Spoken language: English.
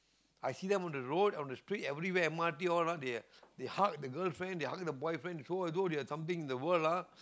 I see them on the road on the street everywhere m_r_t all ah they hug the girlfriend they hug the boyfriend so as though they have something to show the world ah